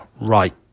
right